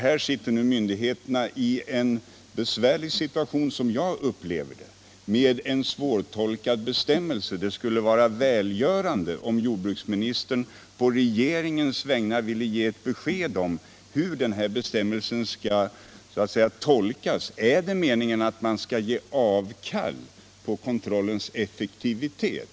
Myndigheterna befinner sig nu i en besvärlig situation med en svårtolkad bestämmelse. Det vore välgörande om jordbruksministern på regeringens vägnar ville ge ett besked om hur denna bestämmelse skall tolkas. Skall man ge avkall på kontrollens effektivitet?